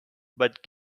but